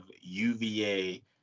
UVA